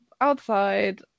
outside